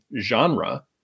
genre